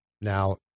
now